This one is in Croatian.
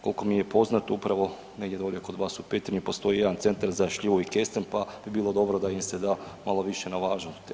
Koliko mi je poznato upravo negdje kod vas u Petrinji postoji jedan centar za šljivu i kesten, pa bi bilo dobro da im se da malo više na važnosti.